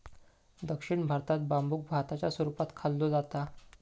दक्षिण भारतात बांबुक भाताच्या स्वरूपात खाल्लो जाता